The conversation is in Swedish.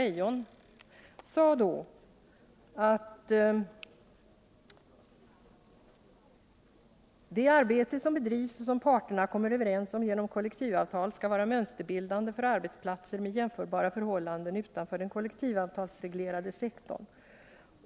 Hon sade att ”det arbete som bedrivs och som parterna kommer överens om genom kollektivavtal skall vara mönsterbildande för arbetsplatser med jämförbara förhållanden utanför den kollektivavtalsreglerande sektorn”.